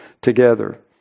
together